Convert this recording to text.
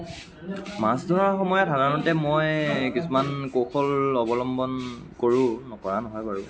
মাছ ধৰাৰ সময়ত সাধাৰণতে মই কিছুমান কৌশল অৱলম্বন কৰোঁ নকৰা নহয় বাৰু